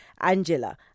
Angela